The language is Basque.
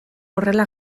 horrela